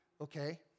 Okay